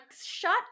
shut